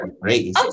great